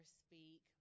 speak